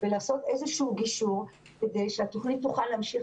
לעשות איזשהו גישור כדי שהתוכנית תוכל להמשיך